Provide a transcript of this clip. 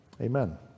Amen